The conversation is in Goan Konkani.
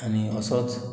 आनी असोच